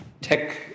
tech